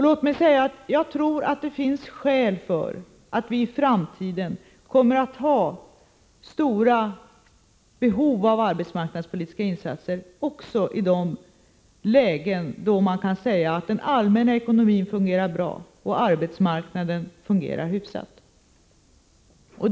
Låt mig säga att jag tror att det finns skäl som talar för att vi i framtiden kommer att ha stora behov av arbetsmarknadspolitiska insatser också i de lägen då man kan säga att den allmänna ekonomin fungerar bra och arbetsmarknaden hyfsat.